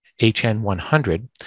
HN100